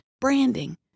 branding